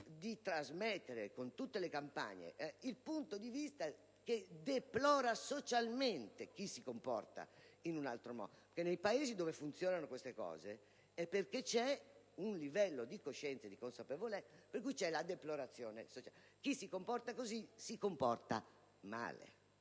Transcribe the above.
di trasmettere con tutte le campagne possibili il punto di vista che deplora socialmente chi si comporta in un certo modo. Nei Paesi dove funzionano queste cose ciò avviene perché c'è un livello di coscienza e di consapevolezza tale per cui c'è la deplorazione sociale, nel senso che chi si comporta così si comporta male.